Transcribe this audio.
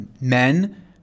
men